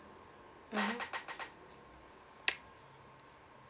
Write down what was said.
mmhmm